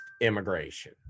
immigration